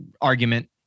argument